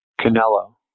Canelo